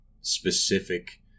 specific